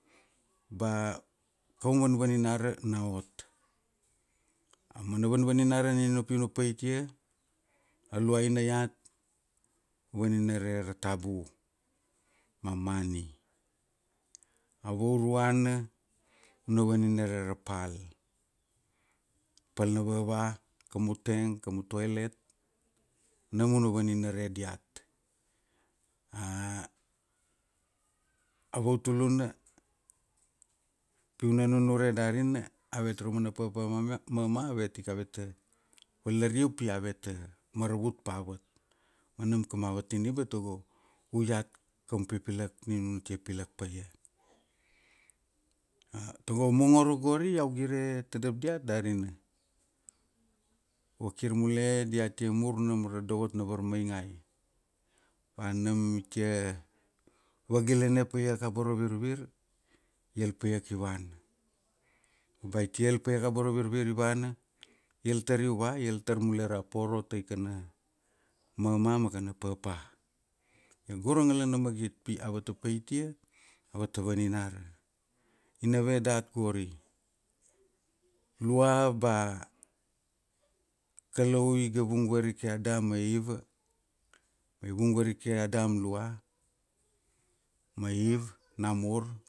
Ba koum vanvaninara na ot. Aumana vanvaninara nina pi una paitia, a luaina iat, vaninare ra tabu ma mani. A vauruana una vaninare ra pal, pal na vava, kamu teng, kamu tuelet nam una vaninere diat. A vautuluna pi u na nunure darina avet ra umana papa mam ave avetike aveta valaria pi aveta maravut pa avet ma nam kamava tiniba tago u iat kaum pipilak nina nana tia pilak paia. Togo mongoro gori iau gire tadav diat darina, vakir mule dia ta mur nam ra dovot na varmaingai, ba nam itia vagilene paiaka a boro ra virvir, i al paika i vana. Ba itia al paia ka aboro ra virvir i vana al tarai uva, i al tar mule ra poro tai kana mama ma kana papa. Ia go ra ngalana magit pi aveta paitia aveta vaninara. Ina ve dat gori lua ba Kalau iga vung varike Adam ma Iva, i vung varike Adam lua ma Eva namur.